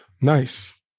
Nice